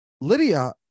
Lydia